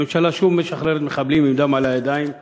הממשלה שוב משחררת מחבלים עם דם על הידיים,